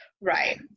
Right